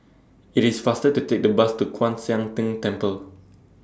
IT IS faster to Take The Bus to Kwan Siang Tng Temple